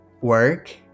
work